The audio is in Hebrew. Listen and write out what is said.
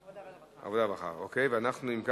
בעד, 4, אין מתנגדים ואין נמנעים.